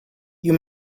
you